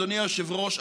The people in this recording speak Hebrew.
אדוני היושב-ראש,